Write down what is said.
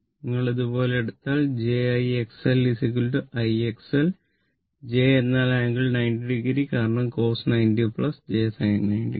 നിങ്ങൾ ഇത് പോലെ എടുത്താൽ j I XL I XL j എന്നാൽ ആംഗിൾ 90o കാരണം cos 90o j sin 90o